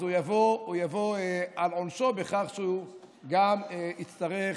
אז הוא יבוא על עונשו בכך שהוא גם יצטרך